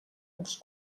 dels